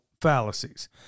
fallacies